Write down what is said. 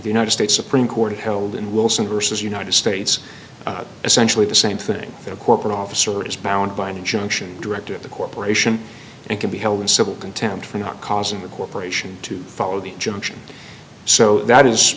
united states supreme court held in wilson versus united states essentially the same thing that a corporate officer is bound by an injunction directive the corporation and can be held in civil contempt for not causing the corporation to follow the junction so that is